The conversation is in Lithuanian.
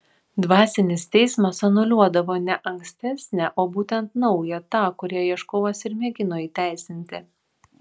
dvasinis teismas anuliuodavo ne ankstesnę o būtent naują tą kurią ieškovas ir mėgino įteisinti